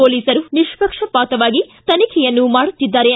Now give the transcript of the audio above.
ಪೋಲಿಸರು ನಿಷ್ಷಕ್ಷಪಾತವಾಗಿ ತನಿಖೆಯನ್ನು ಮಾಡುತ್ತಿದ್ದಾರೆ